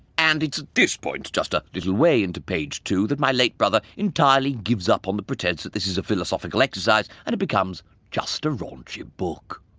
and it's at this point, just a little way into page two that my late brother entirely gives up on the pretense that this is a philosophical exercise and it becomes just a raunchy book.